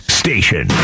station